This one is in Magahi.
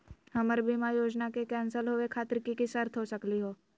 हमर बीमा योजना के कैन्सल होवे खातिर कि कि शर्त हो सकली हो?